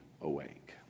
awake